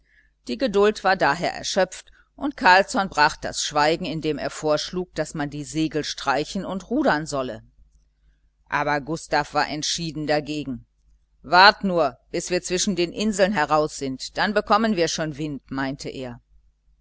die geduld war daher erschöpft und carlsson brach das schweigen indem er vorschlug daß man die segel streichen und rudern solle aber gustav war entschieden dagegen wartet nur bis wir zwischen den inseln heraus sind dann bekommen wir schon wind meinte er